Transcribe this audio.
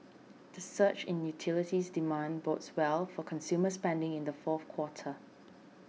the surge in utilities demand bodes well for consumer spending in the fourth quarter